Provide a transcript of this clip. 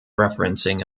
referencing